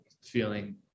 feeling